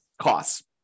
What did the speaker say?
costs